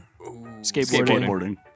Skateboarding